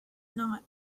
not